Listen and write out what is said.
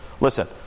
listen